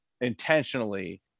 intentionally